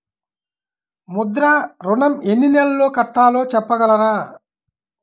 ముద్ర ఋణం ఎన్ని నెలల్లో కట్టలో చెప్పగలరా?